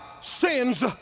sins